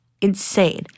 insane